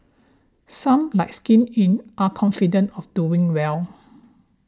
some like Skin Inc are confident of doing well